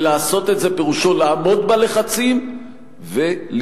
ולעשות את זה פירושו לעמוד בלחצים, ולבנות.